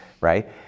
right